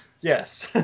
Yes